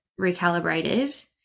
recalibrated